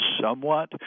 somewhat